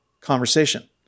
conversation